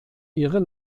ihre